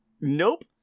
Nope